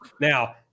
Now